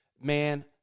man